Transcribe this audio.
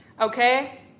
okay